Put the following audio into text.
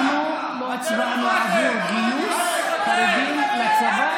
אנחנו לא הצבענו בעבור גיוס חרדים לצבא,